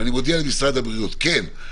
אני מודיע למשרד הבריאות: כן,